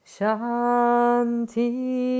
Shanti